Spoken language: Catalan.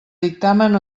dictamen